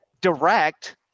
direct